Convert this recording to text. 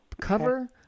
cover